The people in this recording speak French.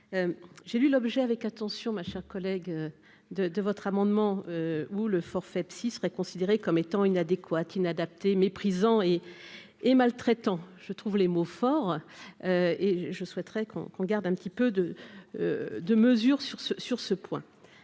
j'ai lu l'objet avec attention, ma chère collègue de de votre amendement ou le forfait psy serait considérée comme étant inadéquate inadaptée méprisant et et maltraitant je trouve les mots forts et je souhaiterais qu'on qu'on garde un petit peu de de mesures sur ce sur